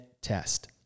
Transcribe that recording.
test